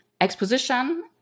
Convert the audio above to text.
exposition